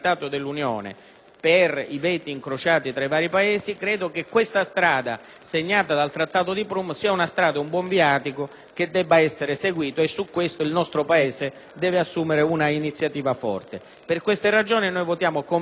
per i veti incrociati tra i vari Paesi, credo che questa strada, segnata dal Trattato di Prum, sia un buon viatico. E su questo il nostro Paese deve assumere una iniziativa forte. Per queste ragioni, votiamo convintamente a favore